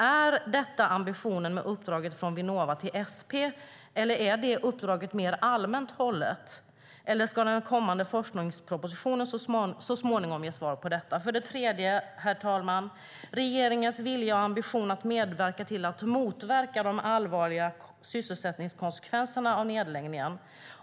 Är detta ambitionen med uppdraget från Vinnova till SP, eller är det uppdraget mer allmänt hållet? Är det den kommande forskningspropositionen som så småningom ska ge svar på detta? För det tredje, herr talman, handlar det om regeringens vilja och ambition att medverka till att motverka de allvarliga sysselsättningskonsekvenserna av nedläggningen.